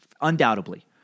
undoubtedly